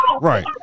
Right